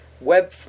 web